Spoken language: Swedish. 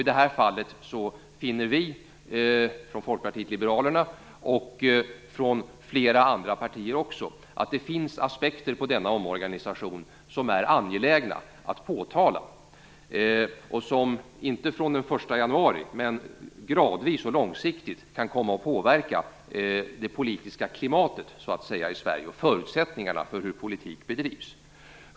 I detta fall finner vi från Folkpartiet liberalerna och från flera andra partier att det finns aspekter på denna omorganisation som är angelägna att påtala och som, inte från den 1 januari men gradvis och långsiktigt, kan komma att påverka det politiska klimatet i Sverige och förutsättningarna för hur politik bedrivs.